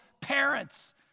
parents